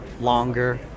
longer